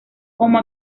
como